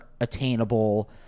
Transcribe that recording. attainable